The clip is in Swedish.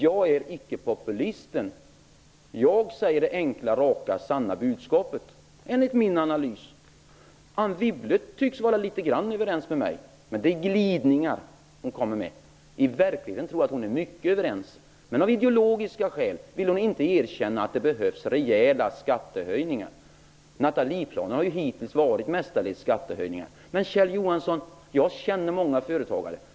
Jag är ickepopulisten. Jag har det enkla, raka och sanna budskapet, enligt min analys. Anne Wibble tycks till en viss del vara överens med mig, men hon kommer med glidningar. I verkligheten tror jag att vi är mer överens, men av ideologiska skäl vill hon inte erkänna att det behövs rejäla skattehöjningar. Nathalieplanen har hittills mestadels inneburit skattehöjningar. Kjell Johansson! Jag känner många företagare.